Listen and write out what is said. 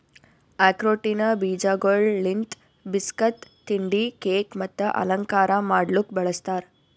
ಆಕ್ರೋಟಿನ ಬೀಜಗೊಳ್ ಲಿಂತ್ ಬಿಸ್ಕಟ್, ತಿಂಡಿ, ಕೇಕ್ ಮತ್ತ ಅಲಂಕಾರ ಮಾಡ್ಲುಕ್ ಬಳ್ಸತಾರ್